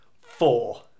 four